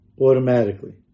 automatically